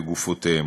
גופותיהם.